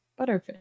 Butterfish